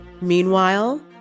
Meanwhile